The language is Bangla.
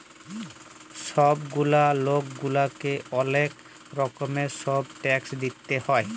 ছব গুলা লক গুলাকে অলেক রকমের ছব ট্যাক্স দিইতে হ্যয়